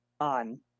on